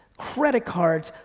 credit cards,